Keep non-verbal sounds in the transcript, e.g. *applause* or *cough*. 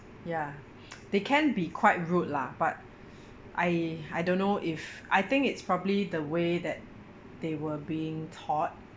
ya *noise* they can be quite rude lah but I I don't know if I think it's probably the way that they were being taught